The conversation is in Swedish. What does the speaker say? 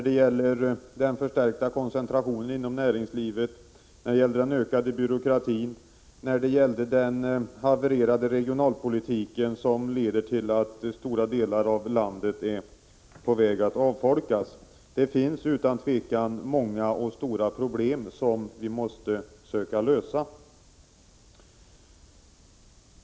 Det gäller den förstärkta koncentrationen inom näringslivet, den ökade byråkratin och den havererade regionalpolitiken, som får till följd att stora delar av landet är på väg att avfolkas. Det finns utan tvivel många och allvarliga problem som vi måste söka lösa.